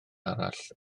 arall